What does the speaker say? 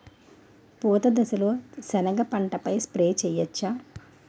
పూత దశలో సెనగ పంటపై స్ప్రే చేయచ్చా?